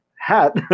Hat